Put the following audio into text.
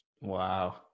wow